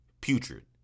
putrid